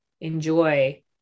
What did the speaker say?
enjoy